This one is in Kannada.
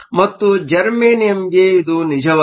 ಮತ್ತು ಜರ್ಮೇನಿಯಂಗೆ ಇದು ನಿಜವಲ್ಲ